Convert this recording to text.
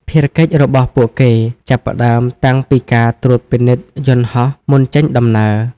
ភារកិច្ចរបស់ពួកគេចាប់ផ្ដើមតាំងពីការត្រួតពិនិត្យយន្តហោះមុនចេញដំណើរ។